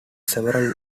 several